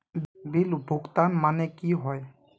Bill भुगतान माने की होय?